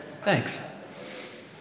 Thanks